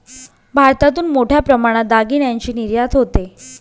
भारतातून मोठ्या प्रमाणात दागिन्यांची निर्यात होते